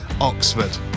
Oxford